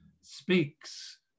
speaks